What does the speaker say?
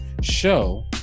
show